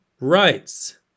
rights